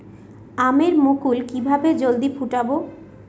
আমের মুকুল কিভাবে জলদি ফুটাব?